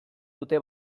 dute